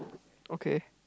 okay